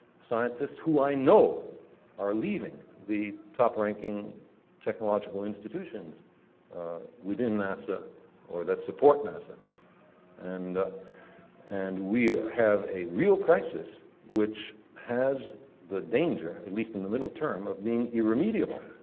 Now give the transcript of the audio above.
scientists who i know are leaving the top-ranking technological institutions within nasa or that support nasa and and we have a real crisis which has the danger, at least in the middle term, of being irremediable,